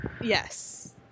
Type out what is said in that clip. Yes